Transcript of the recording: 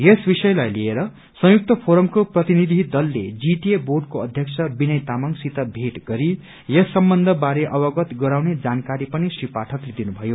यस विषयलाई लिएर संयुक्त फोरमको प्रतिनिधि दलले जीटीए बोर्डको अध्यक्ष विनय तामाङसित भेट गरी यस सम्बन्ध बारे अवगत गराउने जानकारी पनि श्री पाठकले दिनुभयो